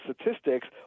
statistics